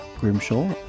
Grimshaw